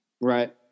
right